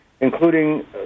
including